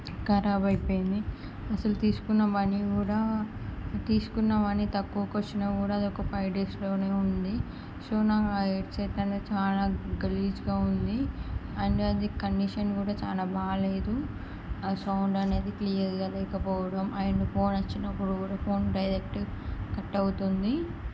కరాబు అయిపోయింది అసలు తీసుకున్నా మనీ కూడా తీసుకున్న మనీ తక్కువకి వచ్చినా కూడా అదొక ఫైవ్ డేస్లోనే ఉంది సో నాకు ఆ హెడ్సెట్ అనేది చాలా గలిజ్గా ఉంది అండ్ అది కండిషన్ కూడా చాలా బాగాలేదు ఆ సౌండ్ అనేది క్లియర్గా లేకపోవడం అండ్ ఫోన్ వచ్చినప్పుడు కూడా ఫోన్ డైరెక్ట్గా కట్ అవుతుంది